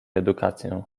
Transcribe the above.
edukację